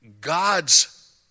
God's